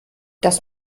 das